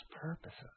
purposes